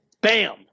Bam